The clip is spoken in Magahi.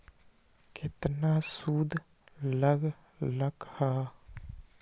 केतना सूद लग लक ह?